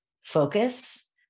Focus